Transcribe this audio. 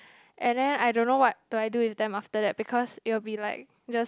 and then I don't know what do I do with them after that because it will be like just